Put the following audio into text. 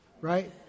right